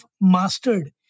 mastered